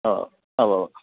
ഓ അതോ